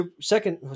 second –